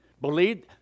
believed